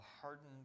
hardened